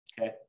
okay